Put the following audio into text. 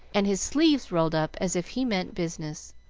and his sleeves rolled up as if he meant business.